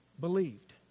believed